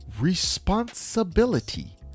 responsibility